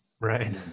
Right